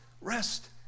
rest